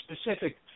specific